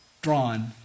drawn